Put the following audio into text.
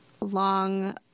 long